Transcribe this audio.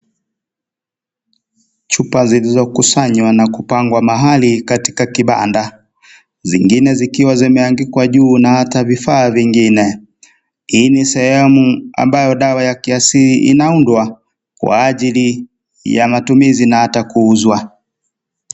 Chupa zilozokusanywa na kupangwa mahali katika kibanda. Zingine zikiwa zemeandikwa juu na ata vifaa vingine ,hii sehemu ambayo dawa ya kiasili inaundwa kwa ajili ya matumizi na ata kuuzwa.